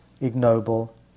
ignoble